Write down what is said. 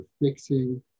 fixing